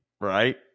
Right